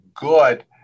good